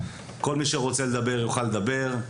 כל מי שרוצה לדבר יוכל לדבר.